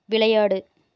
விளையாடு